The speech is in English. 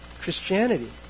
Christianity